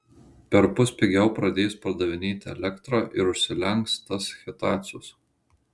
perpus pigiau pradės pardavinėti elektrą ir užsilenks tas hitacius